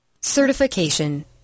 Certification